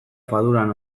faduran